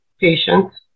patients